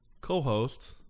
Co-host